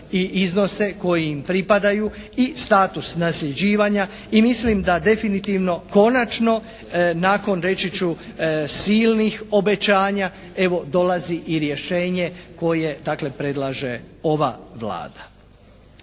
i iznose koji im pripadaju i status nasljeđivanja i mislim da definitivno konačno nakon reći ću silnih obećanja evo dolazi i rješenje koje dakle predlaže ova Vlada.